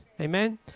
Amen